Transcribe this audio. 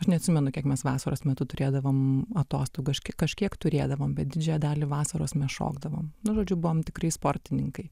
aš neatsimenu kiek mes vasaros metu turėdavom atostogų kažkiek kažkiek turėdavom bet didžiąją dalį vasaros mes šokdavom nu žodžiu buvom tikri sportininkai